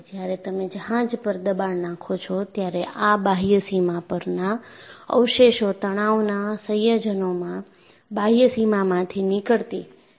જ્યારે તમે જહાજ પર દબાણ નાખો છો ત્યારે આ બાહ્ય સીમા પરના અવશેષો તણાવના સંયોજનમાં બાહ્ય સીમામાંથી નીકળતી તિરાડો તરફ દોરી શકે છે